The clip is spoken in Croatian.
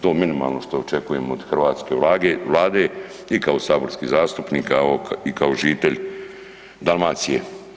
To je minimalno što očekujem od hrvatske Vlade i kao saborski zastupnik i kao žitelj Dalmacije.